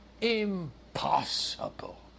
Impossible